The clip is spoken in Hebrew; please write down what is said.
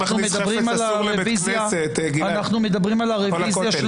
אנחנו מדברים על הרוויזיה.